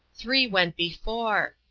three went before.